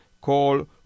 call